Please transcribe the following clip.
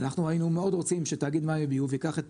אנחנו היינו מאוד רוצים שתאגיד מים וביוב ייקח את